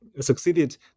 succeeded